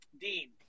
Dean